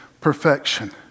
perfection